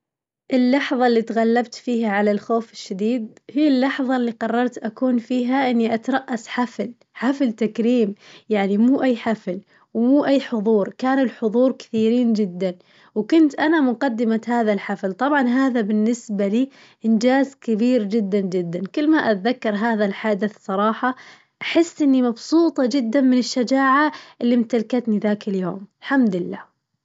اللحظة اللي تغلبت فيها على الخوف الشديد هي اللحظة اللي قررت أكون فيها إني أترأس حفل، حفل تكريم يعني مو أي حفل ومو أي حظور كانوا الحظور كثيرين جداً، وكنت أنا مقدمة هذا الحفل طبعاً هذا بالنسبة لي انجاز كبير جداً جداً، كل ما أذكر هذا الحدث صراحة أحس إني مبسوطة جداً من الشجاعة اللي امتلكتني ذلك اليوم، الحمد لله.